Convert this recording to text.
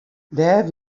dêr